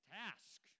task